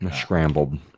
Scrambled